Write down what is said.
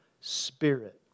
Spirit